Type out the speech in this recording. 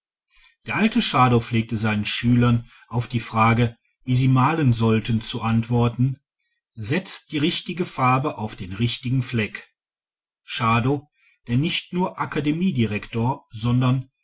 der alte schadow pflegte seinen schülern auf die frage wie sie malen sollten zu antworten setzt die richtige farbe auf den richtigen fleck schadow der nicht nur akademie direktor sondern